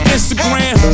Instagram